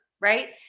right